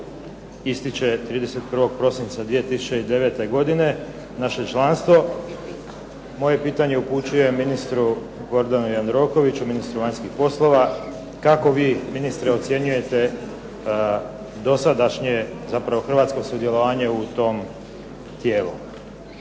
ističe 31. prosinca 2009. naše članstvo, moje pitanje upućujem ministru Gordanu Jandrokoviću ministru vanjskih poslova. Kako vi ministre ocjenjujete dosadašnje hrvatsko sudjelovanje u tom tijelu?